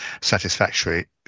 satisfactory